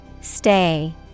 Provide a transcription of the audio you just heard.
Stay